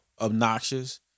obnoxious